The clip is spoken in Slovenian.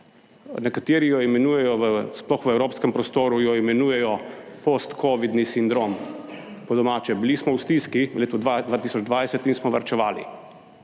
nekateri jo imenujejo, sploh v evropskem prostoru jo imenujejo postcovidni sindrom po domače. Bili smo v stiski v letu 2020 in smo varčevali.